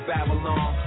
Babylon